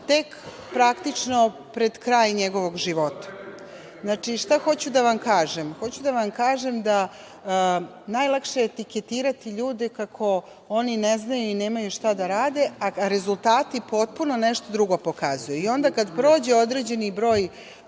tek, praktično, pred kraj njegovog života. Znači, šta hoću da vam kažem? Hoću da vam kažem da najlakše je etiketirati ljude kako oni ne znaju i nemaju šta da rade, a rezultati potpuno nešto drugo pokazuju i onda kada prođe određeni broj